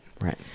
Right